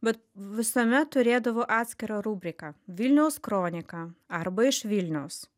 bet visuomet turėdavo atskirą rubriką vilniaus kronika arba iš vilniaus